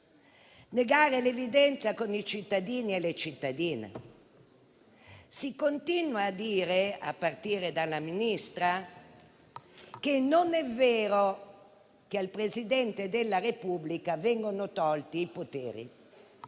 chiaro), ma con i cittadini e le cittadine. Si continua a dire, a partire dalla Ministra, che non è vero che al Presidente della Repubblica vengono tolti i poteri.